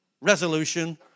resolution